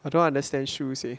I don't understand